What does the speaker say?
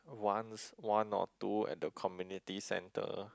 once one or two at the community centre